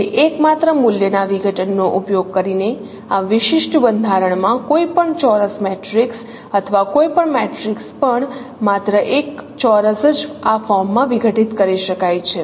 તેથી એકમાત્ર મૂલ્યના વિઘટનનો ઉપયોગ કરીને આ વિશિષ્ટ બંધારણમાં કોઈપણ ચોરસ મેટ્રિક્સ અથવા કોઈપણ મેટ્રિક્સ પણ માત્ર એક ચોરસ જ આ ફોર્મમાં વિઘટિત કરી શકાય છે